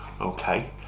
Okay